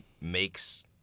makes